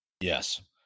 Yes